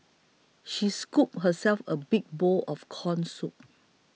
she scooped herself a big bowl of Corn Soup